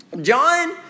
John